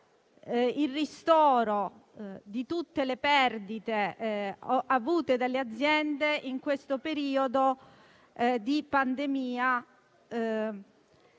il ristoro di tutte le perdite subite dalle aziende in questo periodo di pandemia.